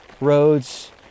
roads